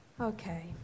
Okay